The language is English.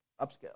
upscale